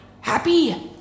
Happy